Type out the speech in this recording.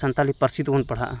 ᱥᱟᱱᱛᱟᱞᱤ ᱯᱟᱹᱨᱥᱤᱛᱮᱵᱚᱱ ᱯᱟᱲᱦᱟᱜᱼᱟ